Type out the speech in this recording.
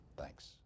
Thanks